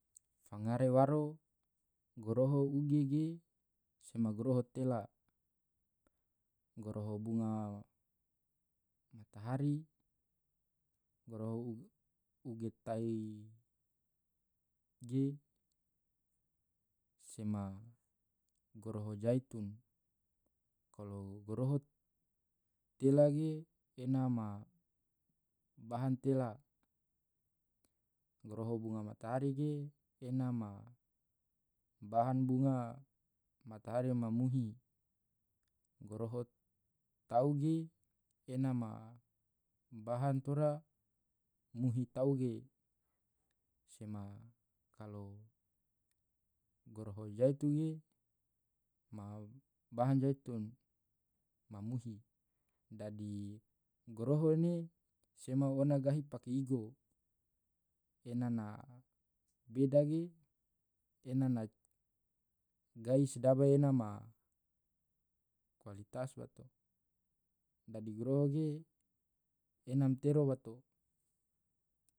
fangare waro goroho uge ge sema goroho tela goroho bunga matahari, goroho uge tai ge sema goroho zaitun kalo goroho tela geena ma bahan tela goroho bunga matahari ge ena ma bahan bunga matahari ma muhi goroho tau ge ena ma bahan tora muhi tauge sema kalo goroho zaitun ge ma bahan zaitun ma muhi dadi goroho ne sema ona gahi pake igo ena na beda ge ena na gai sedaba ena ma kualitas bato, dadi goroho ge enam tero bato.